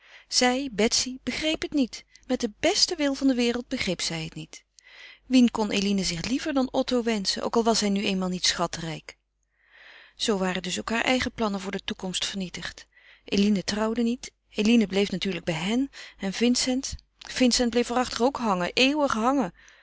zij betsy begreep het niet met den besten wil van de wereld begreep zij het niet wien kon eline zich liever dan otto wenschen ook al was hij nu eenmaal niet schatrijk zoo waren dus ook haar eigen plannen voor de toekomst vernietigd eline trouwde niet eline bleef natuurlijk bij hen en vincent vincent bleef waarachtig ook hangen eeuwig hangen